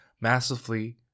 massively